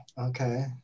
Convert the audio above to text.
Okay